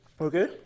Okay